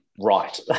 Right